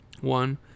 One